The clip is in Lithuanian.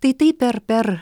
tai taip per per